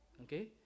Okay